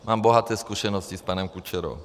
Mám bohaté zkušenosti s panem Kučerou.